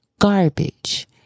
Garbage